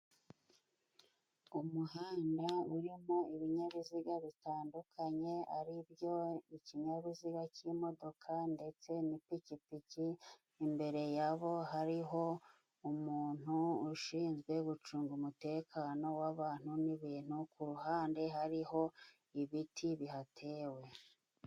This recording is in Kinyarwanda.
Umuhanda urimo ibinyabiziga bitandukanye aribyo ikinyabiziga cy'imodoka ndetse n'ipikipiki, imbere yabo hariho umuntu ushinzwe gucunga umutekano w'abantu n'ibintu, ku ruhande hariho ibiti bihatewe.